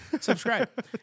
Subscribe